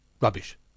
Rubbish